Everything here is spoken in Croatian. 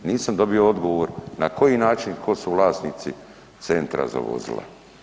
Nisam dobio odgovor na koji način, tko su vlasnici centra za vozila.